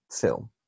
film